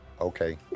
okay